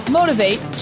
Motivate